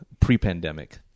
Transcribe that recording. pre-pandemic